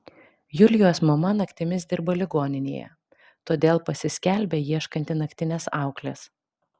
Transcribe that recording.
julijos mama naktimis dirba ligoninėje todėl pasiskelbia ieškanti naktinės auklės